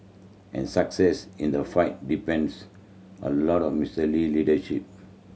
and success in the fight depends a lot on Mister Lee leadership